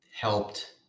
helped